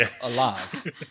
alive